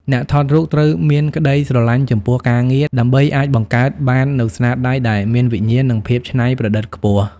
អ្នកថតរូបត្រូវមានក្ដីស្រឡាញ់ចំពោះការងារ ដើម្បីអាចបង្កើតបាននូវស្នាដៃដែលមានវិញ្ញាណ និងភាពច្នៃប្រឌិតខ្ពស់។